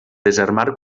desarmar